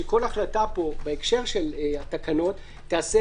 כשכל החלטה פה בהקשר של התקנות תיעשה